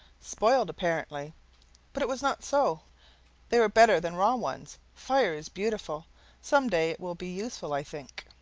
spoiled apparently but it was not so they were better than raw ones. fire is beautiful some day it will be useful, i think.